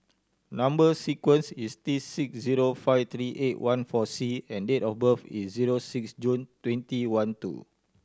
number sequence is T six zero five three eight one four C and date of birth is zero six June twenty one two